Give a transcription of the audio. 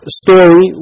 story